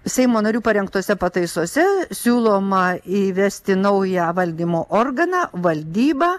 seimo narių parengtose pataisose siūloma įvesti naują valdymo organą valdybą